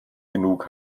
genug